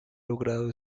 logrado